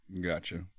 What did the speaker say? Gotcha